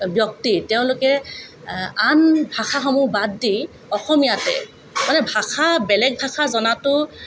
ব্যক্তি তেওঁলোকে আন ভাষাসমূহ বাদ দি অসমীয়াতে মানে ভাষা বেলেগ ভাষা জনাতো